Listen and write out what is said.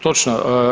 Točno.